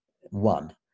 one